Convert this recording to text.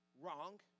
Wrong